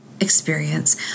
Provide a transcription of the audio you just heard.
experience